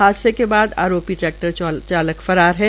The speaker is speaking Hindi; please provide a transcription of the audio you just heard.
हादसे के आरोपी ट्रैक्टर चालक फरार है